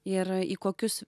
ir į kokius